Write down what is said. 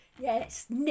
Yes